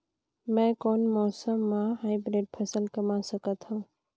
मै कोन मौसम म हाईब्रिड फसल कमा सकथव?